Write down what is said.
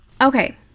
Okay